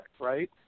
right